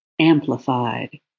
Amplified